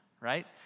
right